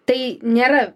tai nėra